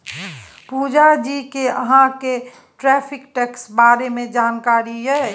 पुजा जी कि अहाँ केँ टैरिफ टैक्सक बारे मे जानकारी यै?